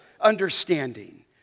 understanding